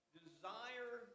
desire